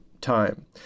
time